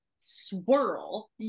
swirl